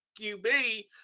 QB